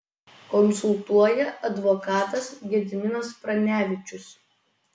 konsultuoja advokatas gediminas pranevičius